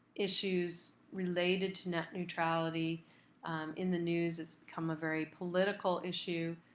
issues related to net neutrality in the news. it's become a very political issue,